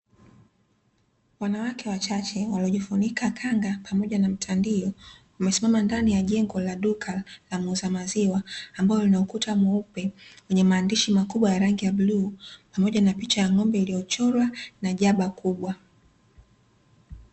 Wanawake wachache waliojifunika kanga pamoja na mitandiao, wamesimama ndani ya jengo la duka la muuza maziwa, ambayo lina ukuta mweupe, lenye maandishi makubwa ya bluu, pamoja na picha ya ngombe iliyochorwa, na jaba kubwa.